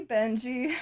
Benji